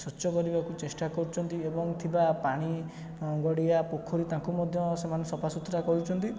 ସ୍ୱଚ୍ଛ କରିବାକୁ ଚେଷ୍ଟା କରୁଛନ୍ତି ଏବଂ ଥିବା ପାଣି ଗାଡ଼ିଆ ପୋଖରୀ ତା କୁ ମଧ୍ୟ ସେମାନେ ସଫା ସୁତୁରା କରୁଛନ୍ତି